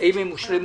האם הן הושלמו